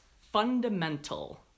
fundamental